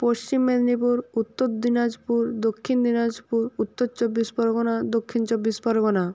পশ্চিম মেদিনীপুর উত্তর দিনাজপুর দক্ষিণ দিনাজপুর উত্তর চব্বিশ পরগনা দক্ষিণ চব্বিশ পরগনা